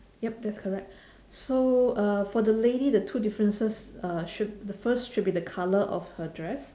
yup that's correct so uh for the lady the two differences uh should the first should be the colour of her dress